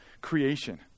creation